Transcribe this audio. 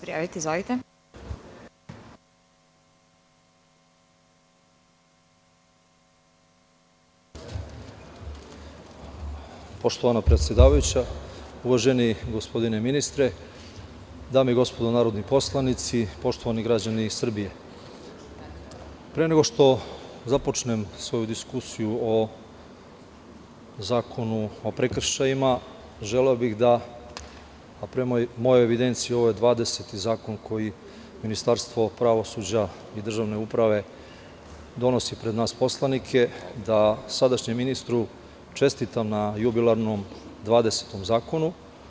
Poštovana predsedavajuća, uvaženi gospodine ministre, dame i gospodo narodni poslanici, poštovani građani Srbije, pre nego što započnem svoju diskusiju o Zakonu o prekršajima, želeo bih da, a prema mojoj evidenciji ovo je dvadeseti zakon koji Ministarstvo pravosuđa i državne uprave donosi pred nas poslanike, da sadašnjem ministru čestitam na jubilarnom 20 zakonu.